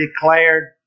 declared